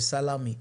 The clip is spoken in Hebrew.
בסלאמי.